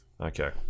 okay